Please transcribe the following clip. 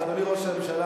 ואדוני ראש הממשלה,